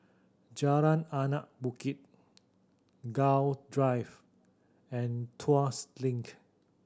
Jalan Anak Bukit Gul Drive and Tuas Link